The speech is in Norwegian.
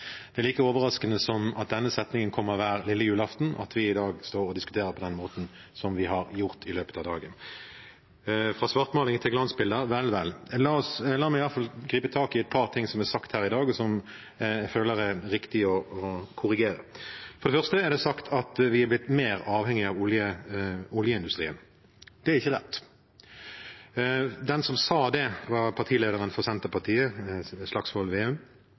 Det er like overraskende som at denne setningen kommer hver lillejulaften, at vi i dag står og diskuterer på den måten som vi har gjort i løpet av dagen. Fra svartmaling til glansbilder – vel, vel. La meg i hvert fall gripe tak i et par ting som er sagt her i dag, og som jeg føler det er riktig å korrigere. For det første er det sagt at vi har blitt mer avhengig av oljeindustrien. Det er ikke rett. Den som sa det, var partilederen for Senterpartiet, Slagsvold